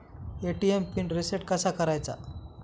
ATM PIN reset कसा करायचा?